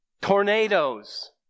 Tornadoes